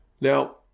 Now